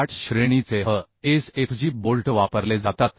8 श्रेणीचे HSFG bolt वापरले जातात